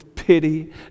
Pity